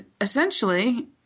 essentially